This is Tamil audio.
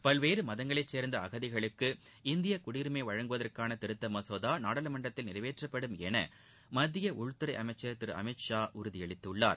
பல்வேறு மதங்களை சேர்ந்த அகதிகளுக்கு இந்திய குடியுரிமை வழங்குவதற்கான திருத்த மசோதா நாடாளுமன்றத்தில் நிறைவேற்றப்படும் என மத்திய உள்துறை அமைச்சர் திரு அமித் ஷா உறுதியளித்துள்ளார்